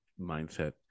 mindset